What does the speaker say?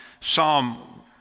Psalm